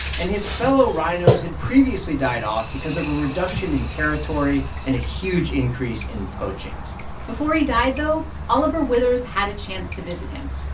and his fellow rhinos had previously died off because of a reduction in territory and a huge increase in poaching before he died, though, oliver withers had a chance to visit him.